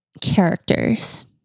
characters